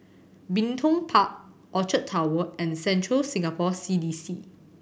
Bin Tong Park Orchard Towers and Central Singapore C D C